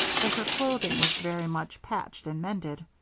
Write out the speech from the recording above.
that her clothing was very much patched and mended,